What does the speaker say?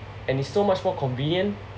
and it's so much more convenient